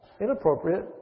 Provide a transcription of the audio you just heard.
inappropriate